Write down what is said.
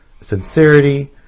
sincerity